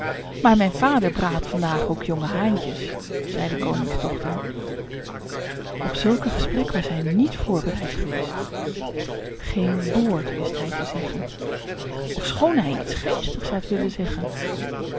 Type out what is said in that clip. maar mijn vader braadt vandaag ook jonge haantjes zei de koningsdochter op zulk een gesprek was hij niet voorbereid geweest geen woord wist hij te zeggen ofschoon hij iets geestigs had willen zeggen